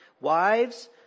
Wives